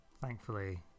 Thankfully